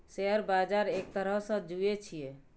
share बजार एक तरहसँ जुऐ छियै